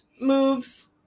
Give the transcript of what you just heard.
moves